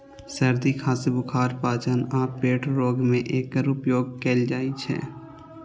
सर्दी, खांसी, बुखार, पाचन आ पेट रोग मे एकर उपयोग कैल जाइ छै